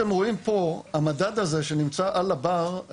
המדד הזה שנמצא על הבר,